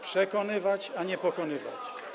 Przekonywać, a nie pokonywać.